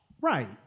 Right